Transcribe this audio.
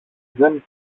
δεν